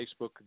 Facebook